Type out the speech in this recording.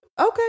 okay